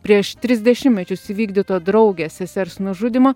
prieš tris dešimtmečius įvykdyto draugės sesers nužudymo